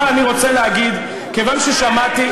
אבל אני רוצה להגיד, כיוון ששמעתי,